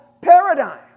paradigm